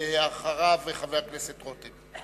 ואחריו, חבר הכנסת רותם.